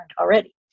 already